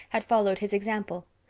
had followed his example.